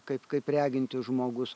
kaip kaip regintis žmogus